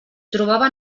trobava